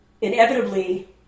Inevitably